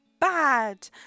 bad